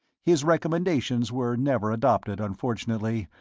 his recommendations were never adopted, unfortunately.